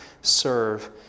serve